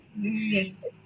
Yes